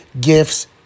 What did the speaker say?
gifts